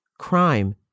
crime